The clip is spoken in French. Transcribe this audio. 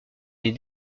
les